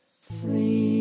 sleep